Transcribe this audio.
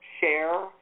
share